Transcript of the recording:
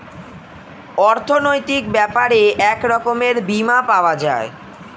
অর্থনৈতিক ব্যাপারে এক রকমের বীমা পাওয়া যায়